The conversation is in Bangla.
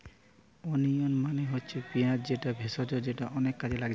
ওনিয়ন মানে হচ্ছে পিঁয়াজ যেটা ভেষজ যেটা অনেক কাজে লাগছে